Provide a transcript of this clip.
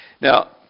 Now